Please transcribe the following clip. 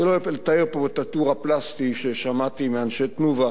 אני לא אתאר פה את התיאור הפלסטי ששמעתי מאנשי "תנובה"